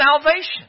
salvation